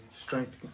strength